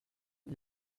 ils